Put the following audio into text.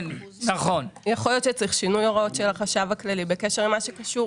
יכול להיות שצריך שינוי הוראות של החשב הכללי במה שקשור